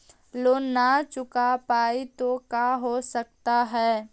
Loan न चुका पाई तो का हो सकता है?